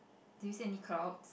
do you see any clouds